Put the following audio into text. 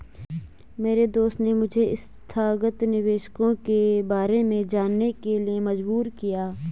मेरे दोस्त ने मुझे संस्थागत निवेशकों के बारे में जानने के लिए मजबूर किया